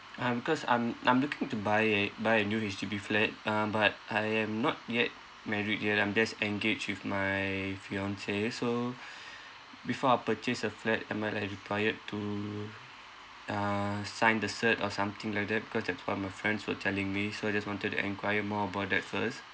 uh because I'm I'm looking to buy a buy a new H_D_B flat uh but I am not yet married yet I'm just engaged with my fiancee so before I purchase a flat am I like required to uh sign the cert or something like that cause that's what my friends were telling me so I just wanted to enquire more about that first